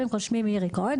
שמי מירי כהן,